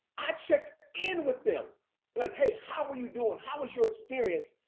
i check in with them like, hey, how are you doing? how was your experience?